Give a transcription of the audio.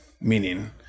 meaning